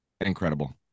Incredible